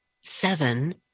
Seven